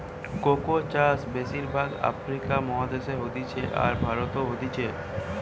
cocoa চাষ বেশির ভাগ আফ্রিকা মহাদেশে হতিছে, আর ভারতেও হতিছে